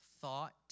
thought